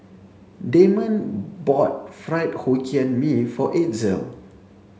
Damon bought fried Hokkien Mee for Itzel